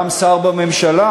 גם שר בממשלה,